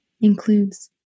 includes